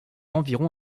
environ